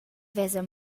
vesa